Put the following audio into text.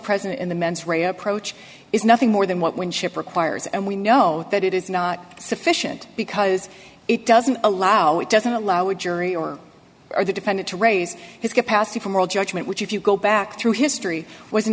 present in the mens rea approach is nothing more than what winship requires and we know that it is not sufficient because it doesn't allow it doesn't allow a jury or or the defendant to raise his capacity for moral judgment which if you go back through history was